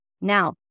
Now